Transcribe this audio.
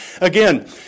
Again